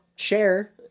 Share